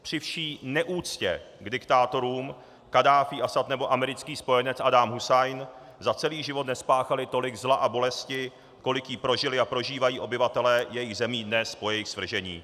Při vší neúctě k diktátorům, Kaddáfí, Asad nebo americký spojenec Saddám Husajn za celý život nespáchali tolik zla a bolesti, kolik jí prožili a prožívají obyvatelé jejich zemí dnes po jejich svržení.